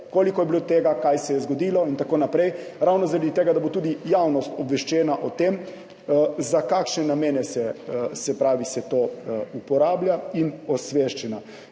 koliko je bilo tega, kaj se je zgodilo in tako naprej, ravno zaradi tega, da bo tudi javnost obveščena o tem, za kakšne namene se to uporablja in da bo osveščena.